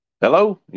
Hello